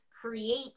create